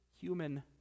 human